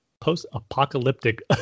post-apocalyptic